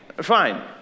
Fine